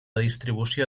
distribució